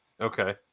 Okay